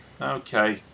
Okay